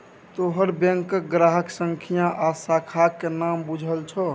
तोहर बैंकक ग्राहक संख्या आ शाखाक नाम बुझल छौ